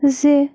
زِ